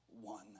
one